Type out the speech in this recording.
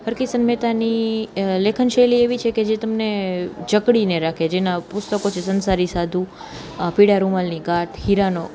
હરકિશન મહેતાની લેખન શૈલી એવી છે કે જે તમને જકડીને રાખે જેના પુસ્તકો જે સંસારી સાધુ પીળા રૂમાલની ગાંઠ હીરાનો